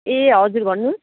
ए हजुर भन्नुहोस्